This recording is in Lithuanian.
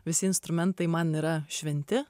visi instrumentai man yra šventi